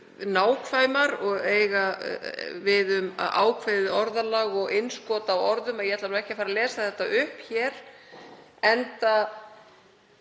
nákvæmar og eiga við um svo ákveðið orðalag og innskot á orðum að ég ætla ekki að fara að lesa það upp hér, enda